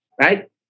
Right